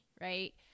right